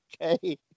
Okay